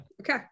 Okay